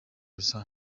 rusange